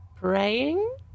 praying